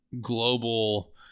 global